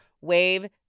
Wave